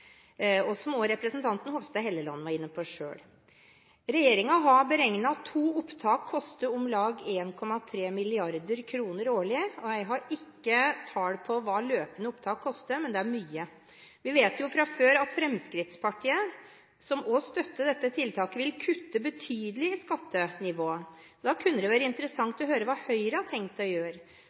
og som representanten Hofstad Helleland selv var inne på. Regjeringen har beregnet at to opptak koster om lag 1,3 mrd. kr årlig, og jeg har ikke tall på hva løpende opptak koster, men det er mye. Vi vet jo fra før at Fremskrittspartiet, som også støtter dette tiltaket, vil kutte betydelig i skattenivået. Da kunne det være interessant å høre hva Høyre har tenkt å gjøre.